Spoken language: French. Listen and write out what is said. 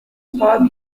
trois